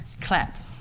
clap